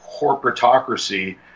corporatocracy